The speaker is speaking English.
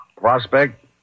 Prospect